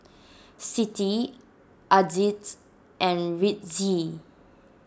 Siti Aziz and Rizqi